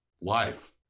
Life